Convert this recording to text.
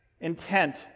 intent